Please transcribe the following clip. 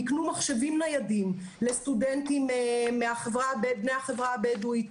נקנו מחשבים ניידים לסטודנטים מהחברה הבדואית,